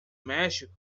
méxico